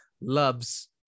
loves